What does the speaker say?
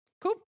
Cool